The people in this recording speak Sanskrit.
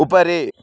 उपरि